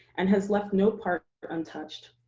and has left no part untouched,